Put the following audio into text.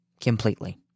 Completely